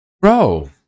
Bro